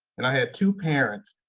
and i had two parents.